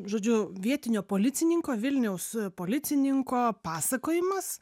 žodžiu vietinio policininko vilniaus policininko pasakojimas